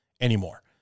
anymore